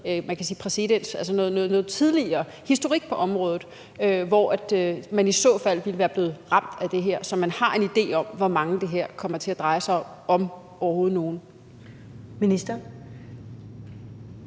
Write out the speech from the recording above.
har været noget præcedens, altså noget historik på området, i forhold til om man i så fald ville være blevet ramt af det her, så man har en idé om, hvor mange det her kommer til at dreje sig om, hvis overhovedet nogen?